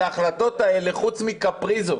להחלטות האלה, חוץ מקפריזות